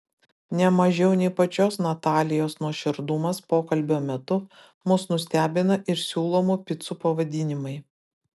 ne mažiau nei pačios natalijos nuoširdumas pokalbio metu mus nustebina ir siūlomų picų pavadinimai